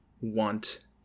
want